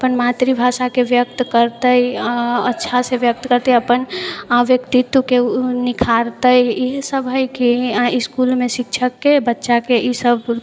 अपन मातृभाषाके व्यक्त करतै आओर अच्छासँ व्यक्त करतै अपन व्यक्तित्वके निखारतै इएहसब हइ कि इसकुलमे शिक्षकके बच्चाके ईसब